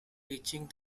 reaching